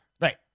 Right